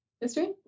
history